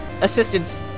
assistance